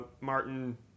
Martin